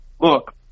Look